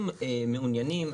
אנחנו מעוניינים,